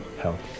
health